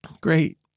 Great